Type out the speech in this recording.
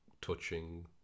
touching